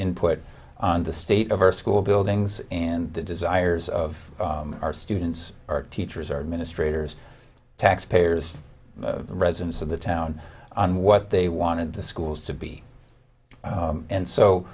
input on the state of our school buildings and the desires of our students or teachers or administrators taxpayers residents of the town on what they wanted the schools to be and so